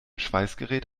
schweißgerät